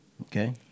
Okay